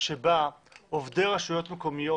שבו עובדי רשויות מקומיות